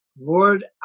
Lord